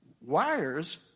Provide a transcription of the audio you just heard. Wires